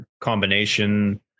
combination